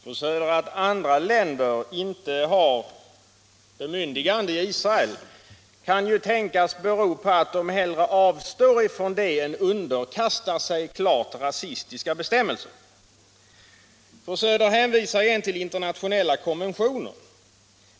Herr talman! Det förhållandet att andra länder inte har bemyndigande i Israel kan, fru Söder, tänkas bero på att de hellre avstår från det än underkastar sig klart rasistiska bestämmelser. Fru Söder hänvisar igen till internationella konventioner.